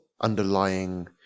underlying